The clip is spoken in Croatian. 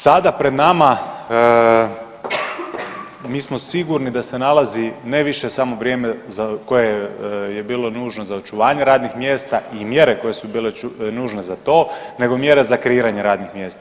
Sada pred nama mi smo sigurni da se nalazi ne više samo vrijeme za koje je bilo nužno za očuvanje radnih mjesta i mjere koje su bile nužne za to, nego mjere za kreiranje radnih mjesta.